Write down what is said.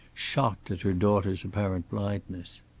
shocked at her daughter's apparent blindness.